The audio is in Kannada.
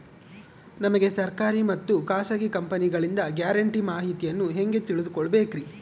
ನಮಗೆ ಸರ್ಕಾರಿ ಮತ್ತು ಖಾಸಗಿ ಕಂಪನಿಗಳಿಂದ ಗ್ಯಾರಂಟಿ ಮಾಹಿತಿಯನ್ನು ಹೆಂಗೆ ತಿಳಿದುಕೊಳ್ಳಬೇಕ್ರಿ?